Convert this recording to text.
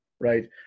right